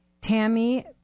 Tammy